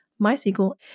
MySQL